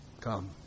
Come